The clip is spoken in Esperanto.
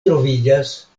troviĝas